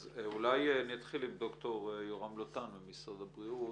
אז אולי אני אתחיל עם ד"ר יורם לוטן ממשרד הבריאות.